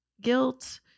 Guilt